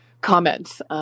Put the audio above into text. comments –